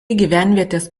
gyvenvietės